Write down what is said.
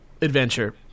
adventure